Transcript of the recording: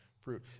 fruit